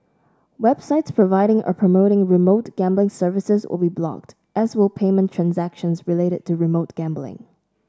websites providing or promoting remote gambling services will be blocked as will payment transactions related to remote gambling